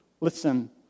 listen